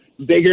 bigger